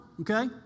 okay